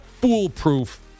foolproof